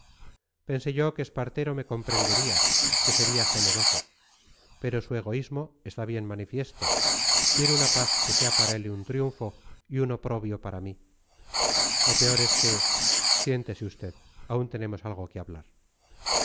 pensé yo que espartero me comprendería que sería generoso pero su egoísmo está bien manifiesto quiere una paz que sea para él un triunfo y un oprobio para mí lo peor es que siéntese usted aún tenemos algo que hablar